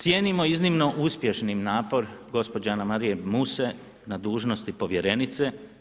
Cijenimo iznimno uspješnim napor gospođe Anamarije Muse na dužnosti povjerenice.